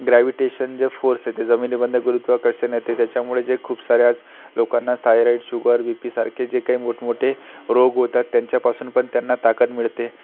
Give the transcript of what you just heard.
gravitation जे force आहे ते जमिनीमधनं गुरुत्वाकर्षण येते त्याच्यामुळे जे खूप सारे आज लोकांना थायरॉईड शुगर बीपी सारखे जे काही मोठमोठे रोग होतात त्यांच्यापासून पण त्यांना ताकद मिळते